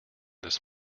this